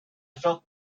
felt